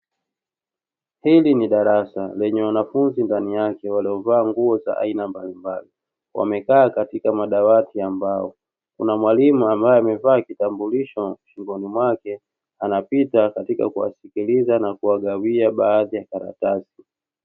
Hili ni darasa lenye wanafunzi ndani yake walio vaa nguo za aina mbalimbali, wamekaa katika madawati ya mbao. Kuna mwalimu ambaye amevaa kitambulisho shingoni mwake, anapita katika kuwasikiliza na kuwagawia baadhi ya karatasi.